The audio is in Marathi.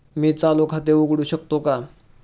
मी चालू खाते उघडू शकतो का?